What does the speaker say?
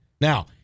Now